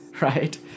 right